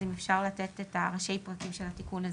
אז אם אפשר לתת את ראשי הפרקים של התיקון הזה.